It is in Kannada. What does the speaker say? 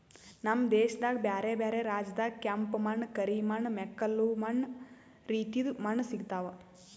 ನಮ್ ದೇಶದಾಗ್ ಬ್ಯಾರೆ ಬ್ಯಾರೆ ರಾಜ್ಯದಾಗ್ ಕೆಂಪ ಮಣ್ಣ, ಕರಿ ಮಣ್ಣ, ಮೆಕ್ಕಲು ಮಣ್ಣ ರೀತಿದು ಮಣ್ಣ ಸಿಗತಾವ್